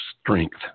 strength